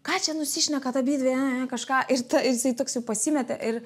ką čia nusišnekat abidvi e e kažką ir tada jisai toksai pasimetė ir